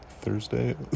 Thursday